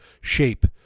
shape